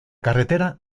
carretera